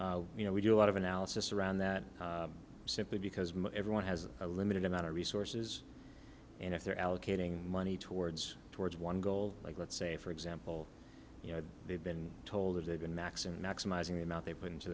so you know we do a lot of analysis around that simply because everyone has a limited amount of resources and if they're allocating money towards towards one goal like let's say for example you know they've been told and max and maximizing the amount they put into